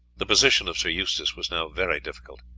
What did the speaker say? the position of sir eustace was now very difficult.